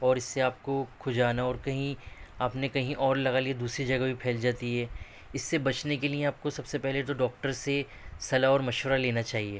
اور اِس سے آپ کو کھجانا اور کہیں آپ نے کہیں اور لگا لیا دوسری جگہ بھی پھیل جاتی ہے اِس سے بچنے کے لیے آپ کو سب سے پہلے تو ڈاکٹر سے صلاح اور مشورہ لینا چاہیے